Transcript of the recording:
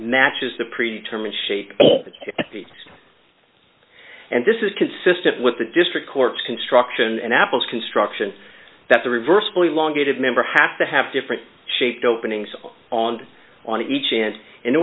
matches the predetermined shape and this is consistent with the district court's construction and apple's construction that's a reversible long gaited member have to have different shaped openings on on each